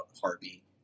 Harvey